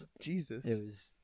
Jesus